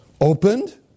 Opened